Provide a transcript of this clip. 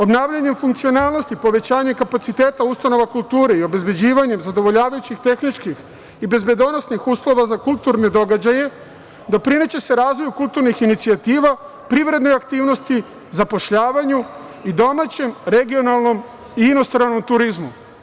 Obnavljanjem funkcionalnosti, povećanjem kapaciteta ustanova kulture i obezbeđivanjem zadovoljavajućih tehničkih i bezbedonosnih uslova za kulturne događaje doprineće se razvoju kulturnih inicijativa, privrednoj aktivnosti, zapošljavanju i domaćem regionalnom i inostranom turizmu.